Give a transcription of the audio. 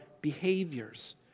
behaviors